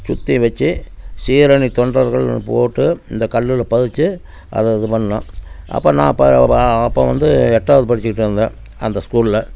சுற்றி வெச்சு சீரணித் தொண்டர்கள்னு போட்டு இந்தக் கல்லில் பதித்து அதை இது பண்ணோம் அப்போ நான் அப்போ ப அப்போ வந்து எட்டாவது படிச்சுட்ருந்தேன் அந்த ஸ்கூலில்